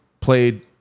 played